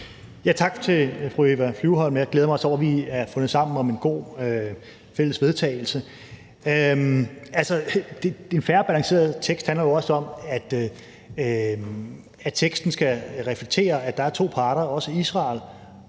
Tak til fru Eva Flyvholm. Jeg glæder mig også over, at vi har fundet sammen om en god fælles vedtagelse. Altså, en fair og balanceret tekst handler jo også om, at teksten skal reflektere, at der er to parter – også Israel